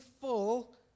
full